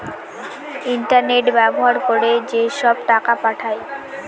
internet ব্যবহার করে যেসব টাকা পাঠায়